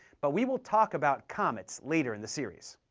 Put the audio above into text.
but we will talk about comets later in the series.